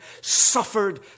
suffered